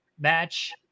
match